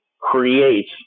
creates